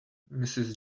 mrs